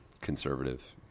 conservative